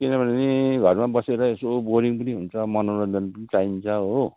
किनभने घरमा बसेर यसो बोरिङ पनि हुन्छ मनोरञ्जन पनि चाहिन्छ हो